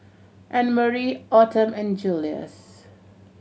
Annmarie Autumn and Julius